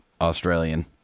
Australian